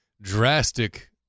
drastic